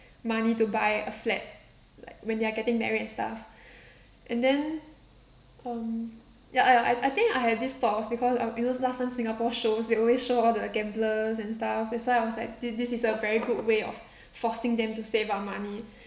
money to buy a flat like when they're getting married and stuff and then um ya I I I think I have this thought was because I because last time singapore shows they always show all the gamblers and stuff that's why I was like thi~ this a very good way of forcing them to save up money